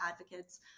advocates